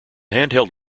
handheld